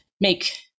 make